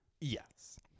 Yes